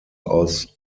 aus